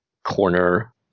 Corner